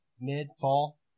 mid-fall